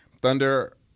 Thunder